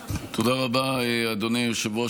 תודה רבה, אדוני היושב-ראש.